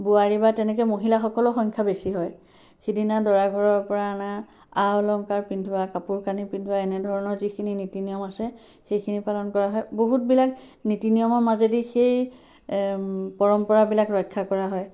বোৱাৰী বা তেনেকৈ মহিলাসকলৰ সংখ্যা বেছি হয় সিদিনা দৰাঘৰৰ পৰা অনা আ অলংকাৰ পিন্ধোৱা কাপোৰ কানি পিন্ধোৱা এনেধৰণৰ যিখিনি নীতি নিয়ম আছে সেইখিনি পালন কৰা হয় বহুতবিলাক নীতি নিয়মৰ মাজেদি সেই পৰম্পৰাবিলাক ৰক্ষা কৰা হয়